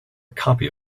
copy